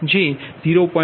તેથી 126 જે 0